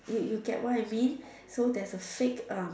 you you get what I mean so there is a fake um